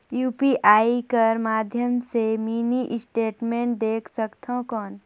UPI कर माध्यम से मिनी स्टेटमेंट देख सकथव कौन?